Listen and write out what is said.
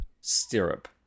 Stirrup